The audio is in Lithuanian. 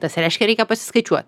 tas reiškia reikia pasiskaičiuot